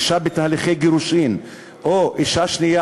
אישה בתהליכי גירושין או אישה שנייה